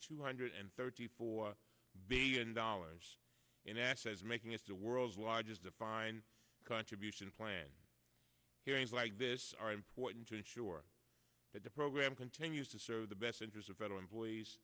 two hundred thirty four b n dollars in assets making it the world's largest defined contribution plan hearings like this are important to ensure that the program continues to serve the best interest of federal employees